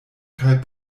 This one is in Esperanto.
kaj